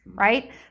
right